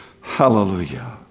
Hallelujah